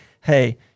Hey